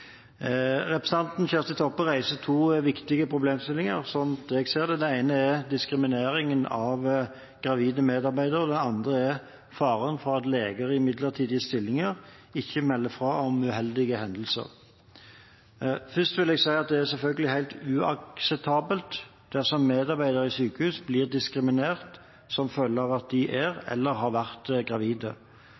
Representanten Kjersti Toppe reiser to viktige problemstillinger, slik jeg ser det. Den ene er om diskriminering av gravide medarbeidere, og den andre er om faren for at leger i midlertidige stillinger ikke melder fra om uheldige hendelser. Først vil jeg si at det selvfølgelig er helt uakseptabelt dersom medarbeidere i sykehus blir diskriminert som følge av at de er eller har vært gravide.